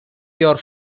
your